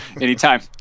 Anytime